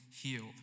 healed